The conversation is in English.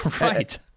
right